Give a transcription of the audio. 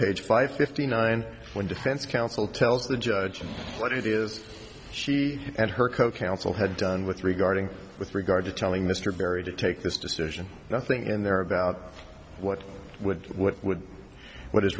five fifty nine when defense counsel tells the judge and what it is she and her co counsel had done with regarding with regard to telling mr barry to take this decision nothing in there about what would what would what is